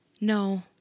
no